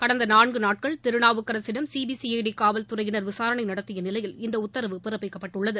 கடந்த நான்கு நாட்கள் திருநாவுக்கரசிடம் சிபிசிஐடி காவல் துறையினர் விசாரணை நடத்திய நிலையில் இந்த உத்தரவு பிறப்பிக்கப்பட்டுள்ளது